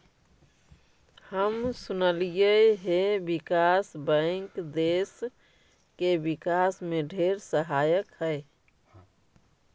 हम सुनलिअई हे विकास बैंक देस के विकास में ढेर सहायक हई